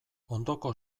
ondoko